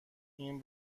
این